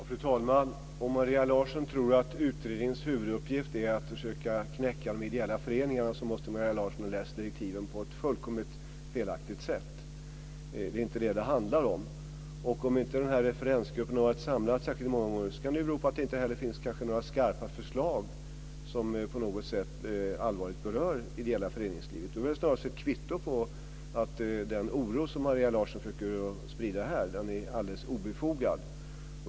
Fru talman! Om Maria Larsson tror att utredningens huvuduppgift är att försöka knäcka de ideella föreningarna måste hon ha läst direktiven på ett fullkomligt felaktigt sätt, för det är inte det som det handlar om. Om referensgruppen inte varit samlad särskilt många gånger kan det ju bero på att det inte finns några skarpa förslag som på något sätt allvarligt berör det ideella föreningslivet. I stället är det väl snarast ett kvitto på att den oro som Maria Larsson här försöker sprida är alldeles obefogad.